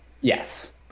Yes